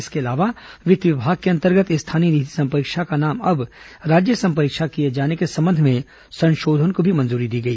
इसके अलावा वित्त विभाग के अंतर्गत स्थानीय निधि संपरीक्षा का नाम अब राज्य संपरीक्षा किए जाने के संबंध में संशोधन को भी मंजूरी दी गई